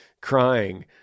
crying